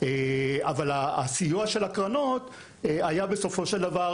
אבל הסיוע של הקרנות היה בסופו של דבר